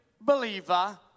believer